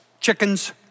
Chickens